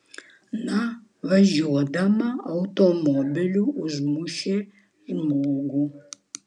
na važiuodama automobiliu užmušei žmogų